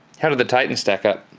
how did the titan stack up?